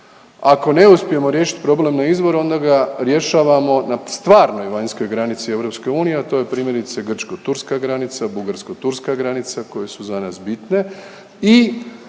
Ako ne uspijemo riješiti problem na izvoru, onda ga rješavamo na stvarnoj vanjskoj granici Europske unije, a to je primjerice grčko-turska granica, bugarsko-turska granica koje su za nas bitne